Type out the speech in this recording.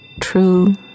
true